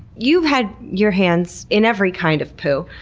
you've had your hands in every kind of poo,